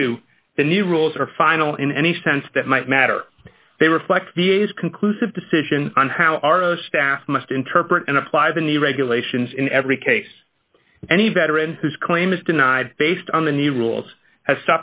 two the new rules are final in any sense that might matter they reflect da's conclusive decision on how our staff must interpret and apply the new regulations in every case any veteran whose claim is denied based on the new rules has